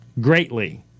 greatly